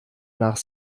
nach